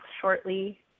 shortly